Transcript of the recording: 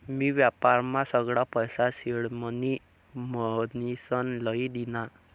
मी व्यापारमा सगळा पैसा सिडमनी म्हनीसन लई दीना